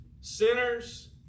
sinners